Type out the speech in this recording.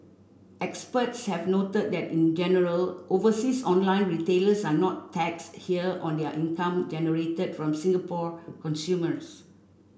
experts have noted that in general overseas online retailers are not taxed here on their income generated from Singapore consumers